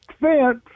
fence